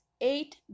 eight